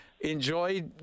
enjoy